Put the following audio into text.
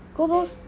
go those